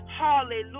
hallelujah